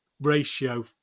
ratio